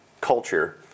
culture